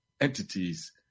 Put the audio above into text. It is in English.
entities